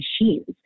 machines